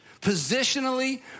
positionally